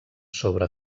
sobre